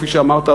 כפי שאמרת,